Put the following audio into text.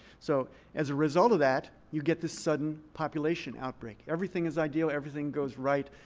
so as a result of that, you get this sudden population outbreak. everything is ideal. everything goes right.